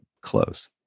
close